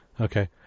Okay